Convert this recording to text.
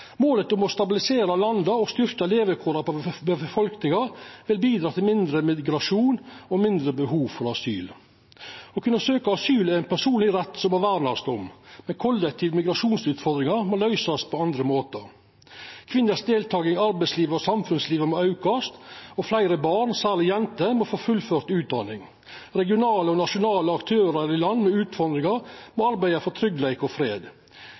Målet om å stabilisera landa og styrkja levekåra for befolkninga vil bidra til mindre migrasjon og mindre behov for asyl. Å kunna søkja asyl er ein personleg rett som må vernast om, men kollektive migrasjonsutfordringar må løysast på andre måtar: Kvinners deltaking i arbeidslivet og samfunnslivet må aukast, og fleire barn – særleg jenter – må få fullført utdanning. Regionale og nasjonale aktørar i land med utfordringar må arbeida for tryggleik og fred.